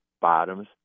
bottoms